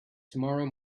tomorrow